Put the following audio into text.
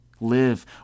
Live